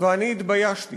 ואני התביישתי